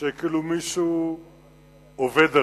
שכאילו מישהו עובד עליו,